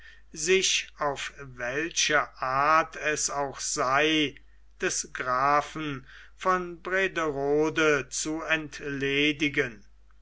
sich auf welche art es auch sei des grafen von brederode zu entledigen